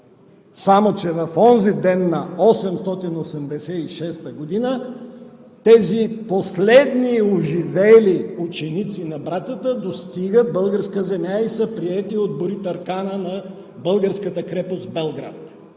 Само че в онзи ден на 886 г. тези последни оживели ученици на братята достигат българската земя и са приети от боритъркана на българската крепост в Белград.